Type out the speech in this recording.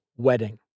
wedding